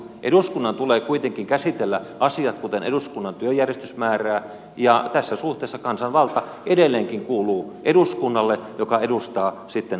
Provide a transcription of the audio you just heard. eduskunnan tulee kuitenkin käsitellä asiat kuten eduskunnan työjärjestys määrää ja tässä suhteessa kansanvalta edelleenkin kuuluu eduskunnalle joka edustaa sitten suomalaisia